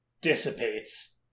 dissipates